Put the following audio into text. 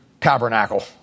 tabernacle